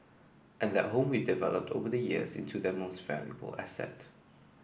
and that home we developed over the years into their most valuable asset